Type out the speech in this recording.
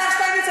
השר שטייניץ,